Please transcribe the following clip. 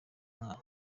umwana